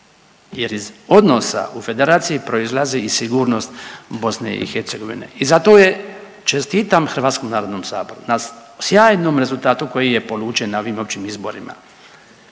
Jer iz odnosa u Federaciji proizlazi i sigurnost Bosne i Hercegovine i zato čestitam Hrvatskom narodnom saboru na sjajnom rezultatu koji je polučen na ovim općim izborima,